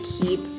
keep